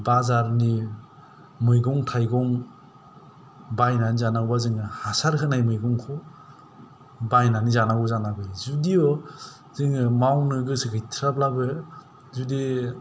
बाजारनि मैगं थाइगं बायनानै जानांगौवा जोङो हासार होनाय मैगंखौ बायनानै जानांगौ जानानै फैयो जुदिअ जोङो मावनो गोसो गैथ्राब्लाबो जुदि